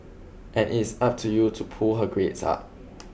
and it is up to you to pull her grades up